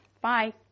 Bye